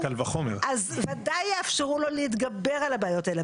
אז ודאי יאפשרו לו להתגבר על הבעיות האלה.